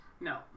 No